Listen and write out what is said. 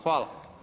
Hvala.